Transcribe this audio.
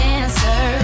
answer